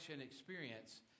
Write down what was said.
experience